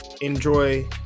Enjoy